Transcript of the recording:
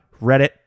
Reddit